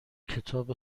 کتاب